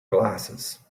glasses